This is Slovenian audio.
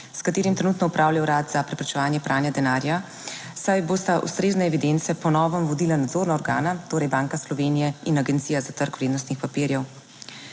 s katerim trenutno opravlja Urad za preprečevanje pranja denarja, saj bosta ustrezne evidence po novem vodila nadzorna organa, torej Banka Slovenije in Agencija za trg vrednostnih papirjev.